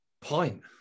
pint